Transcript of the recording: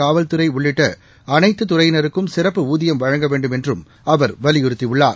காவல்துறை உள்ளிட்ட அனைத்து துறையினருக்கும் சிறப்பு ஊதியம் வழங்க வேண்டும் என்றும் அவர் வலியுறுத்தியுள்ளார்